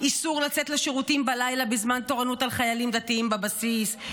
איסור לצאת לשירותים בלילה בזמן תורנות על חיילים דתיים בבסיס,